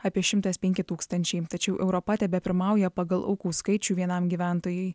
apie šimtas penki tūkstančiai tačiau europa tebepirmauja pagal aukų skaičių vienam gyventojui